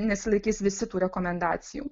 nesilaikys visi tų rekomendacijų